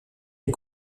les